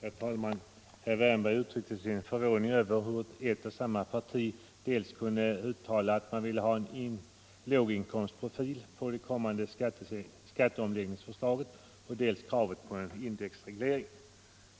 Herr talman! Herr Wärnberg uttryckte sin förvåning över att ett och samma parti dels kan uttala att man ville ha en låginkomstprofil på det kommande skatteomläggningsförslaget, dels kan framföra krav på en indexreglering.